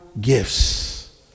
gifts